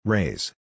Raise